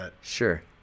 Sure